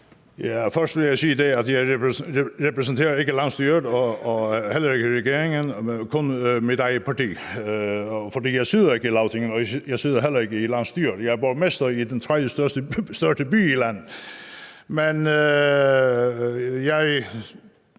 vil jeg sige, at jeg ikke repræsenterer Landsstyret og heller ikke Lagtinget, men kun mit eget parti, for jeg sidder ikke i Lagtinget, og jeg sidder heller ikke i landsstyret, men jeg er borgmester i den tredjestørste by i landet.